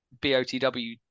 botw